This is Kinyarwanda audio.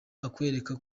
akwereka